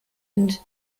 and